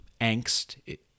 angst